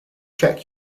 check